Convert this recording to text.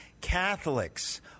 Catholics